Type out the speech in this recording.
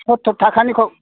सत्तुर थाखानिखौ